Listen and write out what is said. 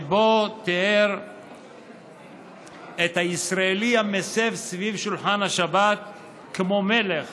שתיאר את הישראלי המסב ליד שולחן השבת כמו מלך